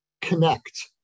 connect